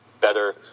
better